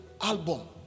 album